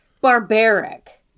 barbaric